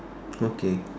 okay